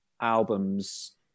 albums